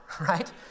right